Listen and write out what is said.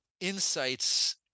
insights